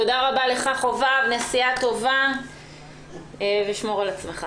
תודה רבה, חובב צברי, נסיעה טובה ושמור על עצמך.